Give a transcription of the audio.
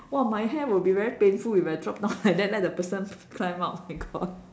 !wow! my hair would be very painful if I drop down like that let the person climb up my god